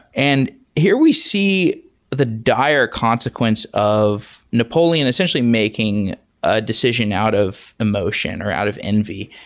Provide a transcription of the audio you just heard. and here we see the dire consequence of napoleon essentially making a decision out of emotion, or out of envy.